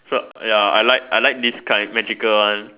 so ya I like I like this kind magical one